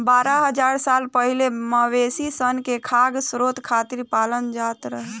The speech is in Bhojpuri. बारह हज़ार साल पहिले मवेशी सन के खाद्य स्रोत खातिर पालल जात रहे